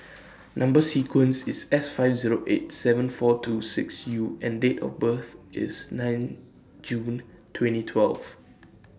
Number sequence IS S five Zero eight seven four two six U and Date of birth IS nine June twenty twelve